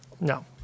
No